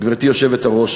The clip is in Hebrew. גברתי היושבת-ראש,